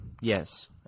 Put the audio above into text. yes